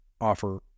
offer